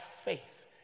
faith